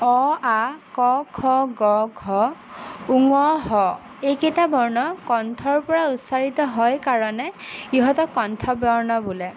অ আ ক খ ক ঘ ঙ হ এইকেইটা বৰ্ণ কণ্ঠৰ পৰা উচ্চাৰিত হৈ কাৰণে ইহঁতক কণ্ঠ বৰ্ণ বোলে